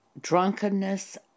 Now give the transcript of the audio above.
drunkenness